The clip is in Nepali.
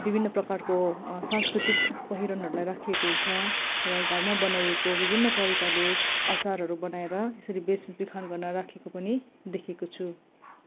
विभिन्न प्रकारको सांस्कृतिक पहिरनहरूलाई राखिएको हुन्छ र घरमा बनाइएको विभिन्न परिकारले अचारहरू बनाएर यसरी बेचबिखन गर्न राखेको पनि देखेको छु